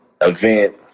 event